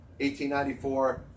1894